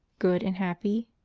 good and happy?